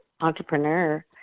entrepreneur